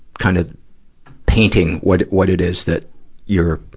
kind of painting what it, what it is that you're,